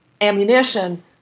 ammunition